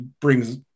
brings